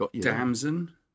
Damson